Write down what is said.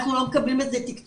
אנחנו לא מקבלים על זה תקצוב,